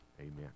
Amen